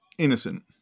innocent